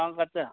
କଣ କରୁଛ